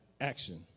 action